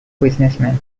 businessman